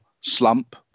slump